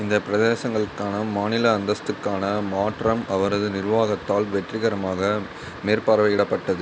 இந்தப் பிரதேசங்களுக்கான மாநில அந்தஸ்துக்கான மாற்றம் அவரது நிர்வாகத்தால் வெற்றிகரமாக மேற்பார்வையிடப்பட்டது